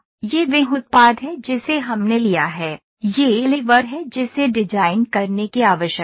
यह वह उत्पाद है जिसे हमने लिया है यह लीवर है जिसे डिजाइन करने की आवश्यकता है